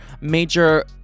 major